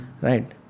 right